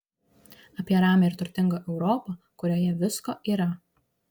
apie ramią ir turtingą europą kurioje visko yra